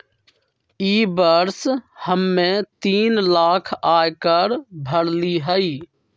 ई वर्ष हम्मे तीन लाख आय कर भरली हई